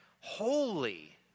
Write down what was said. holy